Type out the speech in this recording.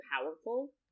powerful